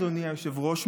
אדוני היושב-ראש,